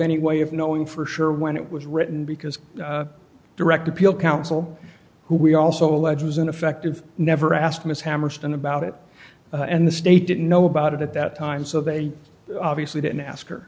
any way of knowing for sure when it was written because the direct appeal counsel who we also allege was ineffective never asked ms hammerstone about it and the state didn't know about it at that time so they obviously didn't ask her